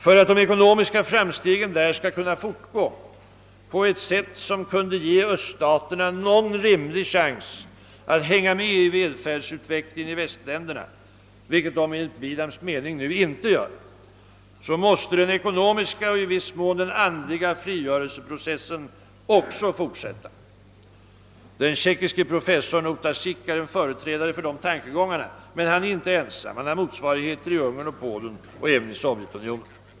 För att de ekonomiska framstegen där skall kunna fortgå på ett sätt som kunde ge öststaterna någon rimlig chans att hänga med i välfärdsutvecklingen i västländerna, vilket de enligt Beedhams mening nu inte gör, måste den ekonomiska och i viss mån andliga frigörelseprocessen också fortsätta. Den tjeckiske professorn Ota Sik är en företrädare för dessa tankegångar men han är inte ensam — han har motsvarigheter i Ungern, Polen och även i Sovjetunionen.